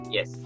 Yes